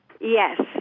yes